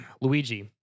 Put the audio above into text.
Luigi